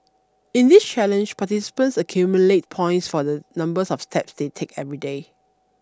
in this challenge participants accumulate points for the numbers of tax they take every day